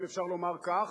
אם אפשר לומר כך,